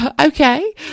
Okay